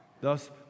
thus